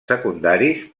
secundaris